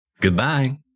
goodbye